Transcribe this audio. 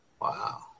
Wow